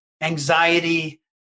anxiety